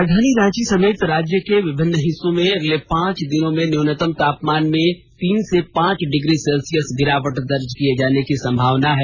राजधानी रांची समेत राज्य के विभिन्न हिस्सों में अगले पांच दिनों में न्यूनतम तापमान में तीन से पांच डिग्री सेल्सियस गिरावट दर्ज किये जाने की संभावना है